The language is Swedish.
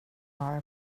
har